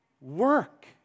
work